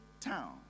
town